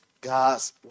God's